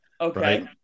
Okay